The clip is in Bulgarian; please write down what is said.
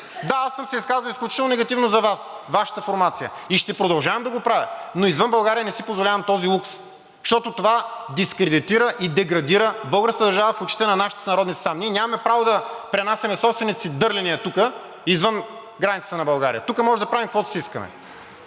Да, аз съм се изказал изключително негативно за Вас, Вашата формация, и ще продължавам да го правя, но извън България не си позволявам този лукс, защото това дискредитира и деградира българската държава в очите на нашите сънародници там. Ние нямаме право да пренасяме собствените си дърления тук извън границата на България. Тук може да правим каквото си искаме.